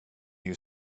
you